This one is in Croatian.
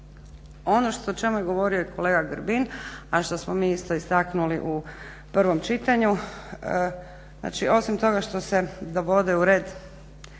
Ono o čemu je govorio i kolega Grbin a što smo mi isto istaknuli u prvom čitanju znači osim toga što se dovede u red